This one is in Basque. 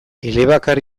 elebakar